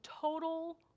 total